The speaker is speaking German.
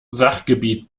sachgebiet